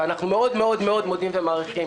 אנחנו מאוד מאוד מאוד מודים ומעריכים,